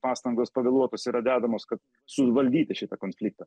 pastangos pavėluotos yra dedamos kad suvaldyti šitą konfliktą